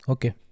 Okay